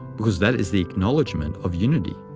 because that is the acknowledgment of unity.